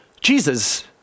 Jesus